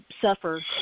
suffer